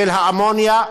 של אמוניה,